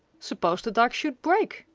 suppose the dykes should break!